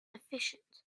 efficient